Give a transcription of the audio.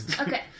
Okay